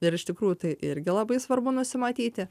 ir iš tikrųjų tai irgi labai svarbu nusimatyti